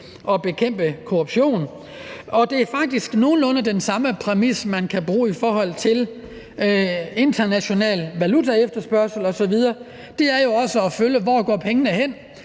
at bekæmpe korruption, og det er faktisk nogenlunde den samme præmis, man kan bruge i forhold til international valutaefterspørgsel osv. Det er jo også at følge, hvor pengene går